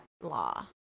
law